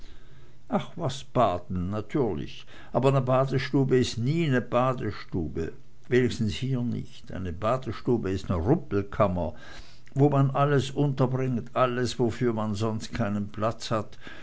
ach was baden natürlich aber ne badestube is nie ne badestube wenigstens hier nicht eine badestube is ne rumpelkammer wo man alles unterbringt alles wofür man sonst keinen platz hat